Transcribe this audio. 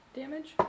damage